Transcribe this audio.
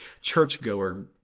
churchgoer